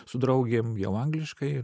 su draugėm jau angliškai